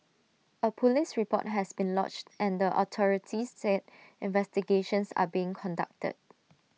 A Police report has been lodged and the authorities said investigations are being conducted